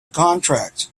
contract